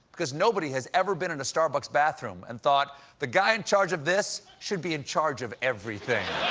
because nobody has ever been in a starbucks bathroom and thought the guy in charge of this should be in charge of everything.